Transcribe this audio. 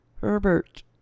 Herbert